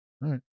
right